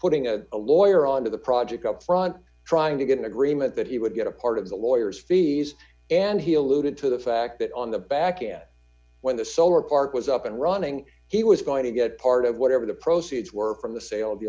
putting a lawyer on to the project up front trying to get an agreement that he would get a part of the lawyers fees and he alluded to the fact that on the back and when the solar park was up and running he was going to get part of whatever the proceeds were from the sale of the